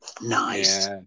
Nice